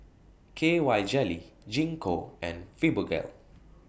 K Y Jelly Gingko and Fibogel